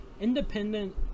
independent